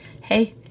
Hey